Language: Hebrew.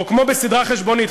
או כמו בסדרה חשבונית,